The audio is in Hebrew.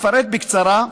אפרט בקצרה.